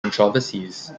controversies